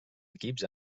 equips